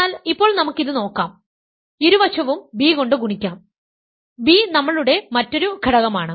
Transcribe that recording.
എന്നാൽ ഇപ്പോൾ നമുക്ക് ഇത് നോക്കാം ഇരുവശവും b കൊണ്ട് ഗുണിക്കാം b നമ്മളുടെ മറ്റൊരു ഘടകമാണ്